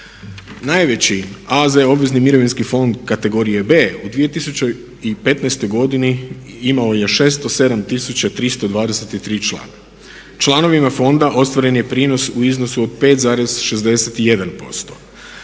Najveći AZ obvezni mirovinski fond kategorije B u 2015. godini imao je 607 tisuća 323 člana. Članovima fonda ostvaren je prinos u iznosu od 5,61%